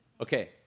Okay